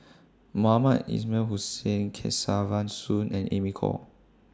Mohamed Ismail Hussain Kesavan Soon and Amy Khor